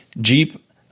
Jeep